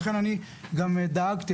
לכן אני גם דאגתי,